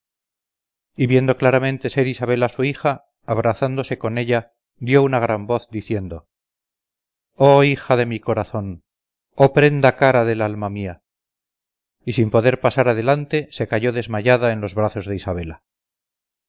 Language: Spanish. viendo claramente ser isabela su hija abrazándose con ella dio una gran voz diciendo oh hija de mi corazón oh prenda cara del alma mía y sin poder pasar adelante se cayó desmayada en los brazos de isabela